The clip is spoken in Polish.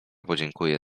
podziękuję